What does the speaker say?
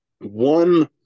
one